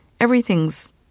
everything's